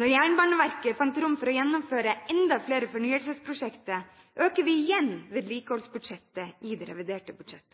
Når Jernbaneverket har funnet rom for å gjennomføre enda flere fornyelsesprosjekter, øker vi igjen vedlikeholdsbudsjettet i revidert budsjett.